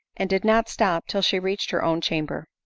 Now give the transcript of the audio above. and did not stop till she reached her own chamber.